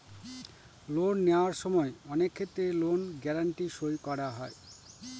loan নেওয়ার সময় অনেক ক্ষেত্রে লোন গ্যারান্টি সই করা হয়